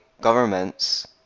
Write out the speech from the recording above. governments